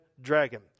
dragon